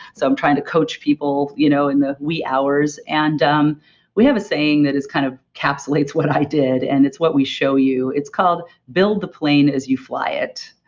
so i'm trying to coach people you know in the wee hours. and um we have a saying that kind of capsulates what i did and it's what we show you. it's called, build the plane as you fly it.